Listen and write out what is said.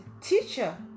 Teacher